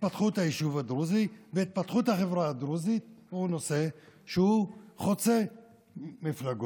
התפתחות היישוב הדרוזי והתפתחות החברה הדרוזית הוא נושא שחוצה מפלגות,